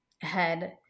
head